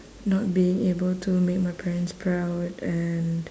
not being able to make my parents proud and